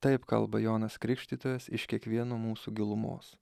taip kalba jonas krikštytojas iš kiekvieno mūsų gilumos